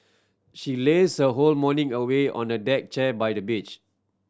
she lazed her whole morning away on a deck chair by the beach